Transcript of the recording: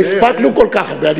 לא הספקנו כל כך הרבה.